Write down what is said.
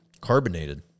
carbonated